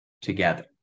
together